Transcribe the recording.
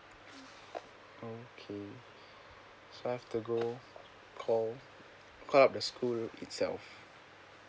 okay so I have to go call call up the school itself